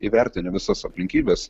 įvertinę visas aplinkybes